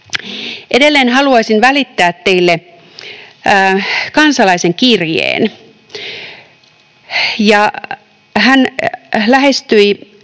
Edelleen haluaisin välittää teille kansalaisen kirjeen. Hän lähestyi